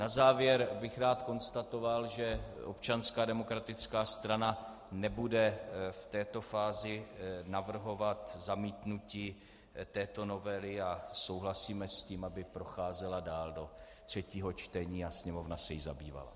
Na závěr bych rád konstatoval, že Občanská demokratická strana nebude v této fázi navrhovat zamítnutí této novely, a souhlasíme s tím, aby procházela dál do třetího čtení a Sněmovna se jí zabývala.